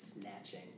snatching